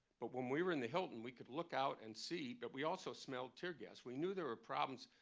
but when we were in the hilton we could look out and see, but we also smelled tear gas. we knew there were problems,